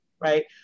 right